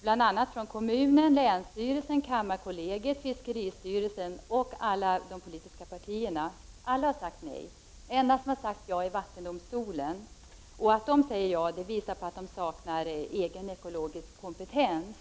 bl.a. från kommunen, länsstyrelsen, kammarkollegiet, fiskeristyrelsen och de politiska partierna — alla har sagt nej. Den enda myndighet som har sagt ja är vattendomstolen, och det visar att man där saknar egen ekologisk kompetens.